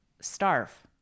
starve